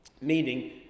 meaning